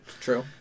True